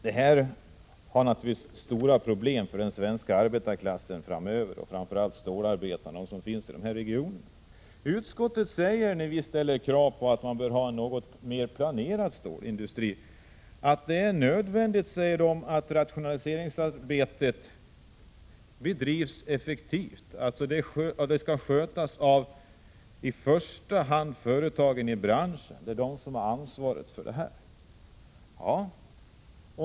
Det här innebär naturligtvis stora problem för den svenska arbetarklassen framöver och framför allt för stålarbetarna i de berörda regionerna. Utskottet säger, när vi ställer krav på att vi skall ha en något mer planerad stålindustri, att det är nödvändigt att rationaliseringsarbetet bedrivs effektivt. Det skall således skötas av i första hand företagen i branschen. Det är de som har ansvaret.